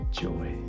joy